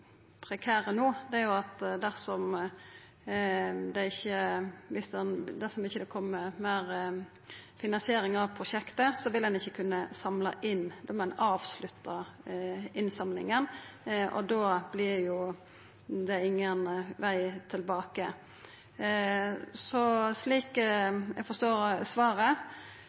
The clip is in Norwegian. prekære no, er at dersom det ikkje kjem meir finansiering av prosjektet, vil ein ikkje kunna samla inn meir, men må avslutta innsamlinga. Da vert det ingen veg tilbake. Kan statsråden bekrefta at regjeringa har gjort eit fullstendig og endeleg vedtak i denne saka, slik